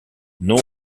non